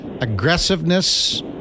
aggressiveness